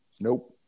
Nope